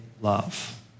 love